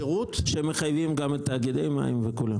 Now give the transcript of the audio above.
שמחייבים גם את תאגידי מים וכו'.